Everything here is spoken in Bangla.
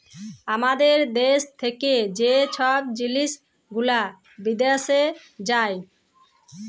আমাদের দ্যাশ থ্যাকে যে ছব জিলিস গুলা বিদ্যাশে যায়